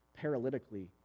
paralytically